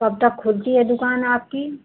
कब तक खुलती है दुकान आपकी